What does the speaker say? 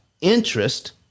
interest